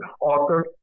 author